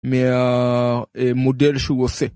מהמודל שהוא עושה.